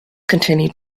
continued